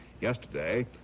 Yesterday